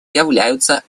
являются